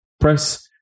press